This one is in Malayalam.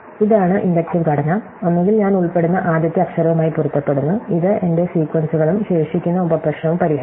ഇതാണ് ഇൻഡക്റ്റീവ് ഘടന ഒന്നുകിൽ ഞാൻ ഉൾപ്പെടുന്ന ആദ്യത്തെ അക്ഷരവുമായി പൊരുത്തപ്പെടുന്നു ഇത് എന്റെ സീക്വൻസുകളും ശേഷിക്കുന്ന ഉപപ്രശ്നവും പരിഹരിക്കുന്നു